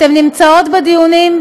אתן נמצאות בדיונים?